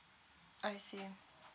I see